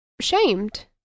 shamed